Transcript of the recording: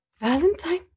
Valentine